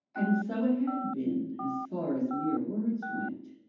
and so it had been as far as mere words went.